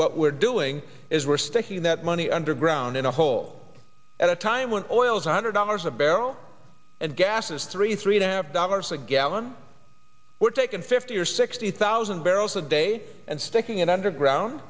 what we're doing is we're sticking that money underground in a hole at a time when oil is one hundred dollars a barrel and gas is three three and a half dollars a gallon we're taken fifty or sixty thousand barrels a day and sticking it underground